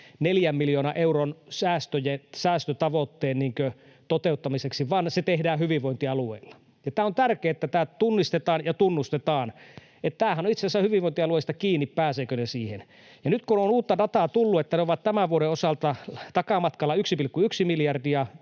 874 miljoonan euron säästötavoitteen toteuttamiseksi, vaan se tehdään hyvinvointialueilla. On tärkeää, että tämä tunnistetaan ja tunnustetaan, että tämähän on itse asiassa hyvinvointialueista kiinni, pääsevätkö ne siihen. Nyt kun on uutta dataa tullut, että ne ovat tämän vuoden osalta takamatkalla 1,1 miljardia